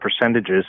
percentages